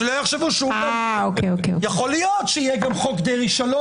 שלא יחשבו, יכול להיות שיהיה גם חוק דרעי 3,